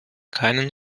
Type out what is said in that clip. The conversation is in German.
keinen